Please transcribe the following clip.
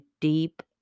deep